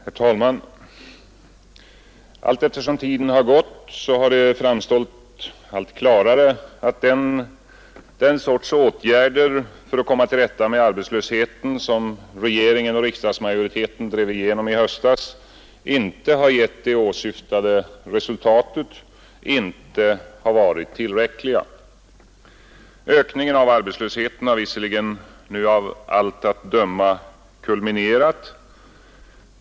Herr talman! Allteftersom tiden gått har det framstått allt klarare, att den sorts åtgärder för att komma till rätta med arbetslösheten som regeringen och riksdagsmajoriteten drev igenom i höstas inte har gett det åsyftade resultatet, dvs. inte varit tillräckliga. Ökningen av arbetslösheten har visserligen nu av allt att döma kulminerat.